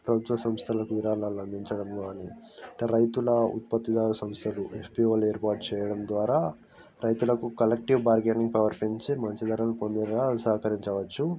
ప్రభుత్వ సంస్థలకి విరాళాలు అందించడం కానీ రైతుల ఉత్పత్తిదారుల సమస్యలు ఎస్పీఓలు ఏర్పాటు చేయడం ద్వారా రైతులకు కలెక్టివ్ బర్గైనింగ్ పవర్ పెంచి మంచి ధరలు పొందేలా సహకరించవచ్చు